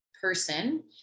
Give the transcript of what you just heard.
person